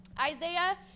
Isaiah